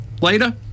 later